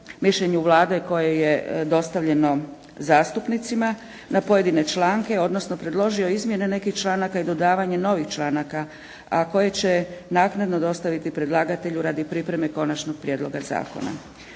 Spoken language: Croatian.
mišljenju Vlade koje je dostavljeno zastupnicima na pojedine članke, odnosno predložio izmjene nekih članaka i dodavanje novih članaka, a koje će naknadno dostaviti predlagatelju radi pripreme konačnog prijedloga zakona.